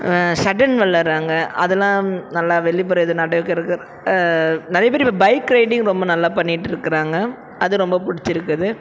ஷட்டின் வெளாட்றாங்க அதெல்லாம் நல்லா வெளிப்புற இது நடக்குறதுக்கு நிறைய பேர் இப்போ பைக் ரைடிங் ரொம்ப நல்லா பண்ணிட்டிருக்குறாங்க அது ரொம்ப பிடிச்சிருக்குது